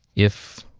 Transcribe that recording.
if